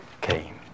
came